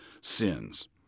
sins